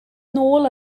nôl